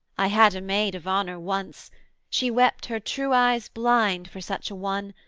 i had a maid of honour once she wept her true eyes blind for such a one,